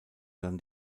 dann